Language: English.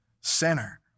sinner